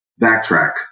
backtrack